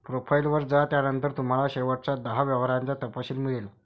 profile वर जा, त्यानंतर तुम्हाला शेवटच्या दहा व्यवहारांचा तपशील मिळेल